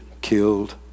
killed